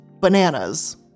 bananas